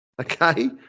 okay